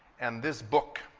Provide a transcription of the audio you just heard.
and this book